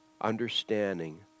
understanding